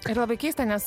ir labai keista nes